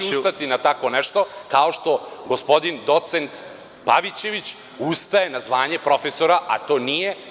Ja neću ustati na tako nešto, kao što gospodin docent Pavićević ustaje na zvanje profesora, a to nije.